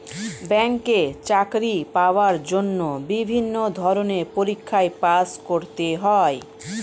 ব্যাংকে চাকরি পাওয়ার জন্য বিভিন্ন ধরনের পরীক্ষায় পাস করতে হয়